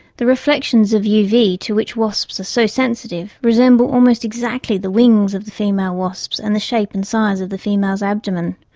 the reflections of uv to which wasps are so sensitive, resemble almost exactly the wings of female wasps and the shape and size of the female's abdomen.